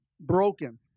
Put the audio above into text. broken